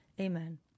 Amen